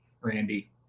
Randy